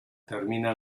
termina